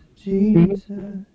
Jesus